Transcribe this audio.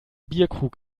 bierkrug